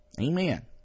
Amen